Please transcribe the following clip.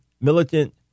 militant